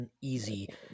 easy